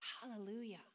Hallelujah